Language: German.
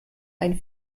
ein